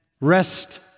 rest